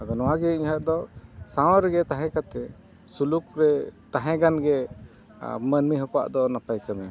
ᱟᱫᱚ ᱱᱚᱣᱟ ᱜᱮ ᱤᱧᱟᱹᱜ ᱫᱚ ᱥᱟᱶ ᱨᱮᱜᱮ ᱛᱟᱦᱮᱱ ᱠᱟᱛᱮᱫ ᱥᱩᱞᱩᱠ ᱨᱮ ᱛᱟᱦᱮᱸ ᱠᱷᱟᱱ ᱜᱮ ᱢᱟᱹᱱᱢᱤ ᱦᱚᱯᱱᱟᱜ ᱫᱚ ᱱᱟᱯᱟᱭ ᱠᱟᱹᱢᱤ